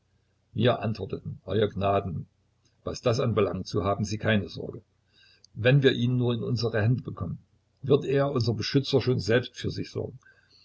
wir antworteten euer gnaden was das anbelangt so haben sie keine sorge wenn wir ihn nur in unsere hände bekommen wird er unser beschützer schon selbst für sich sorgen